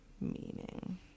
Meaning